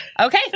Okay